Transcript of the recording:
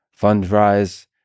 Fundrise